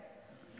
בעיניי.